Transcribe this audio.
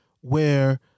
where-